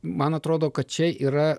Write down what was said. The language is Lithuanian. man atrodo kad čia yra